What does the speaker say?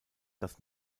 das